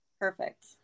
perfect